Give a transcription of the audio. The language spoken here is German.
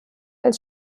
als